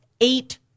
eight